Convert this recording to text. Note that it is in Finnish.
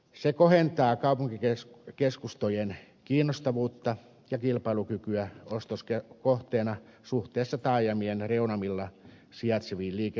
se kohentaa kaupunkikeskustojen kiinnostavuutta ja kilpailukykyä ostoskohteena suhteessa taajamien reunamilla sijaitseviin liikekeskittymiin